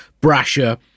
brasher